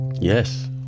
Yes